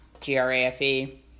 G-R-A-F-E